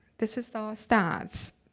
this is our stats.